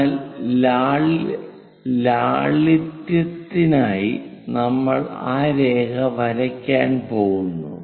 എന്നാൽ ലാളിത്യത്തിനായി നമ്മൾ ആ രേഖ വരയ്ക്കാൻ പോകുന്നു